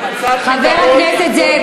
חבר הכנסת זאב,